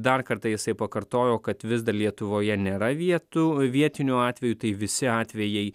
dar kartą jisai pakartojo kad vis dar lietuvoje nėra vietų vietinių atvejų tai visi atvejai